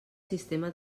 sistema